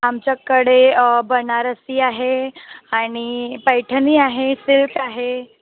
आमच्याकडे बनारसी आहे आणि पैठणी आहे सिल्क आहे